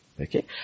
Okay